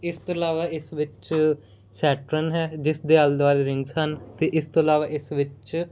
ਇਸ ਤੋਂ ਇਲਾਵਾ ਇਸ ਵਿੱਚ ਸੈਟਰਨ ਹੈ ਜਿਸ ਦੇ ਆਲੇ ਦੁਆਲੇ ਰਿੰਗਸ ਹਨ ਅਤੇ ਇਸ ਤੋਂ ਇਲਾਵਾ ਇਸ ਵਿੱਚ